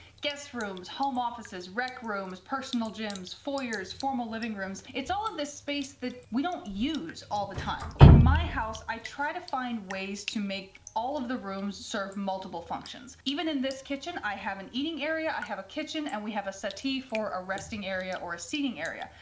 guest rooms, home offices, rec rooms, personal gyms, foyers, formal living rooms. it's all in this space that we don't use all the time. in my house, i try to find ways to make all of the rooms serve multiple functions. even in this kitchen, i have an eating area. i have a kitchen and we have a settee for a resting area or a seating area.